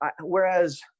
whereas